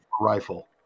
rifle